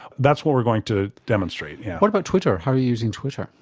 that's what we're going to demonstrate yeah. what about twitter, how are you using twitter?